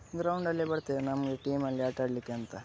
ಗ್ರೌಂಡಲ್ಲೆ ಬರ್ತೇವೆ ನಮಗೆ ಟೀಮಲ್ಲಿ ಆಟಾಡಲಿಕ್ಕೆ ಅಂತ